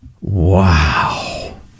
Wow